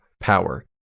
power